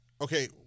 Okay